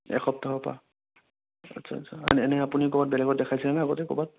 এসপ্তাহৰ পৰা আচ্ছা আচ্ছা এনে এনে আপুনি ক'ৰবাত বেলেগত দেখাইছে নে আগতে ক'ৰবাত